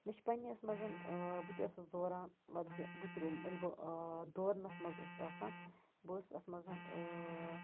مےٚ چھِ پَننِس منٛز آ بہٕ تہِ ٲسٕس دوران لفظہِ بہٕ تہِ روم ییٚلہِ بہٕ آ دورنَس منٛز ٲسٕس آسان بہٕ ٲسٕس اَتھ منٛز ٲ